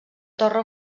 torre